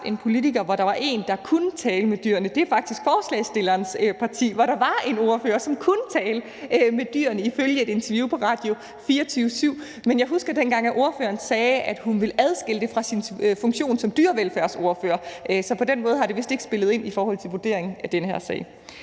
en politiker, der kunne tale med dyrene, var faktisk forslagsstillerens parti, hvor der var en ordfører, som kunne tale med dyrene ifølge et interview på Radio24syv, men jeg husker, at ordføreren dengang sagde, at hun ville adskille det fra sin funktion som dyrevelfærdsordfører, så på den måde har det vist ikke spillet ind i forhold til vurderingen af den her sag.